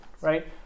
right